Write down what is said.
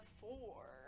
four